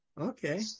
Okay